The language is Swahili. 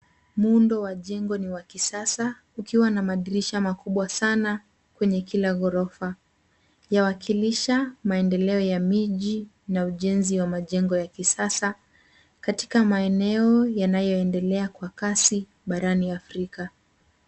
Muundo wa jengo ni wa kisasa ukiwa na madirisha makubwa sana kwenye kila ghorofa. Yawakilisha maendeleo ya miji na ujenzi wa majengo ya kisasa katika maeneo yanayoendele kwa kasi barani Afrika.